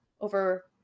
over